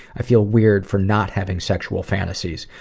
i feel weird for not having sexual fantasies.